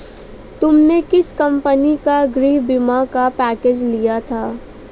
तुमने किस कंपनी का गृह बीमा का पैकेज लिया था?